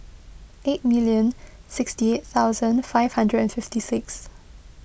eight million sixty eight thousand five hundred and fifty six